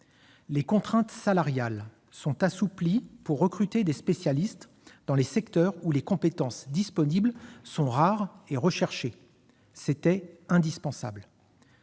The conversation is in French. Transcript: Les contraintes salariales sont assouplies pour recruter des spécialistes dans les secteurs où les compétences disponibles sont rares et recherchées- c'était indispensable !